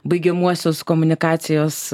baigiamuosius komunikacijos